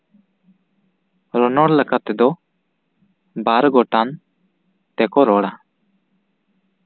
ᱨᱚᱱᱚᱲ ᱞᱮᱠᱟ ᱛᱮᱫᱚ ᱵᱟᱨ ᱜᱚᱴᱟᱝ ᱛᱮᱠᱚ ᱨᱚᱲᱟ